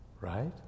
right